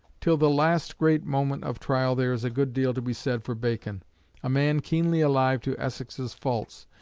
till the last great moment of trial there is a good deal to be said for bacon a man keenly alive to essex's faults,